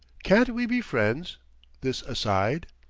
can't we be friends this aside?